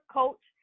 coach